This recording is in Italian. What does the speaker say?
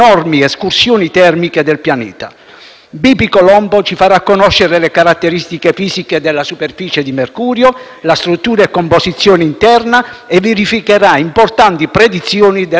Bepi Colombo ci farà conoscere le caratteristiche fisiche della superficie di Mercurio, la struttura e composizione interna e verificherà importanti predizioni della teoria della relatività generale.